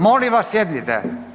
Molim vas sjednite.